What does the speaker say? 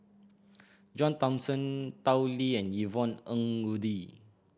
John Thomson Tao Li and Yvonne Ng Uhde